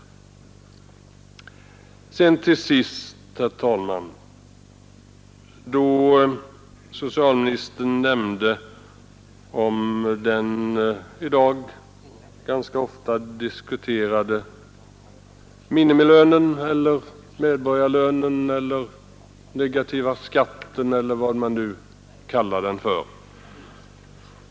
Slutligen, herr talman, kom socialministern in på den i dag ganska ofta diskuterade minimilönen, medborgarlönen, negativa skatten eller vad man nu kallar den.